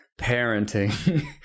parenting